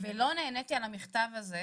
ולא נעניתי על המכתב הזה.